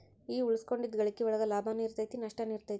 ಈ ಉಳಿಸಿಕೊಂಡಿದ್ದ್ ಗಳಿಕಿ ಒಳಗ ಲಾಭನೂ ಇರತೈತಿ ನಸ್ಟನು ಇರತೈತಿ